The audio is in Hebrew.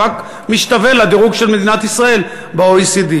זה רק משתווה לדירוג של מדינת ישראל ב-OECD.